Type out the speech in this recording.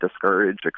discouraged